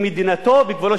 ליד מדינת ישראל.